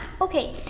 Okay